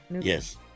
Yes